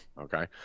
Okay